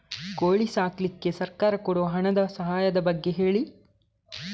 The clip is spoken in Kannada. ಕೋಳಿ ಸಾಕ್ಲಿಕ್ಕೆ ಸರ್ಕಾರ ಕೊಡುವ ಹಣದ ಸಹಾಯದ ಬಗ್ಗೆ ಹೇಳಿ